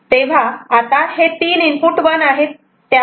तेव्हा आता हे तीन इनपुट 1 आहेत